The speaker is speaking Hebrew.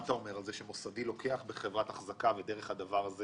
מה אתה אומר על זה שמוסדי משקיע בחברת אחזקה ודרך הדבר הזה